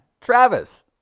Travis